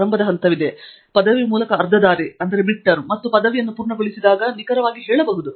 ಪ್ರಾರಂಭದ ಹಂತವಿದೆ ಮತ್ತು ನೀವು ಪದವಿ ಮೂಲಕ ಅರ್ಧ ದಾರಿ ಮತ್ತು ನೀವು ಪದವಿಯನ್ನು ಪೂರ್ಣಗೊಳಿಸಿದಾಗ ನಿಖರವಾಗಿ ಹೇಳಬಹುದು